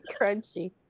crunchy